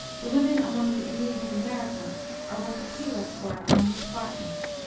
the women among the indians of america are what the helots were among the spartans,